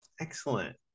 Excellent